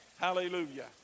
Hallelujah